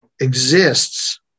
exists